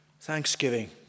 Thanksgiving